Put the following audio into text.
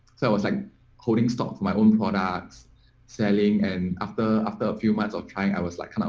so i was like holding stocks my own products selling and after after a few months of trying i was like kind of